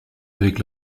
avec